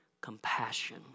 compassion